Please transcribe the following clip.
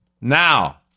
now